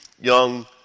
young